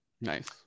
Nice